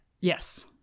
Yes